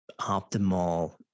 optimal